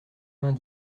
vingt